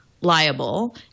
liable